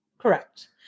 Correct